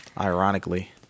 ironically